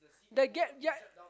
that gap yeah